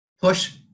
push